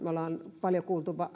me olemme paljon kuulleet